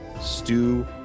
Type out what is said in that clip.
stew